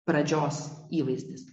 pradžios įvaizdis